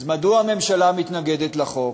אז מדוע הממשלה מתנגדת לחוק?